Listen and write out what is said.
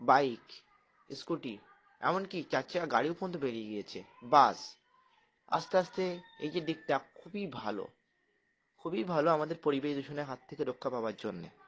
bike scooty এমনকি চার চারা গাড়িও পর্যন্ত বেরিয়ে গিয়েছে বাস আস্তে আস্তে এই যে দিকটা খুবই ভালো খুবই ভালো আমাদের পরিবেশ দূষণের হাত থেকে রক্ষা পাওয়ার জন্যে